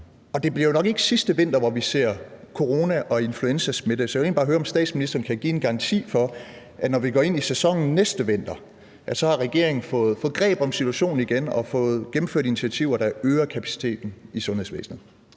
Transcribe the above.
Det bliver jo nok ikke sidste vinter, hvor vi ser corona- og influenzasmitte, så jeg vil egentlig bare høre, om statsministeren kan give en garanti for, at regeringen, når vi går ind i sæsonen næste vinter, har fået greb om situationen igen og har fået gennemført initiativer, der øger kapaciteten i sundhedsvæsenet.